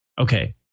Okay